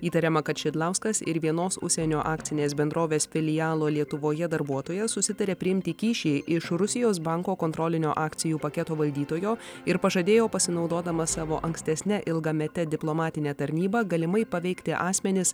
įtariama kad šidlauskas ir vienos užsienio akcinės bendrovės filialo lietuvoje darbuotojas susitarė priimti kyšį iš rusijos banko kontrolinio akcijų paketo valdytojo ir pažadėjo pasinaudodamas savo ankstesne ilgamete diplomatine tarnyba galimai paveikti asmenis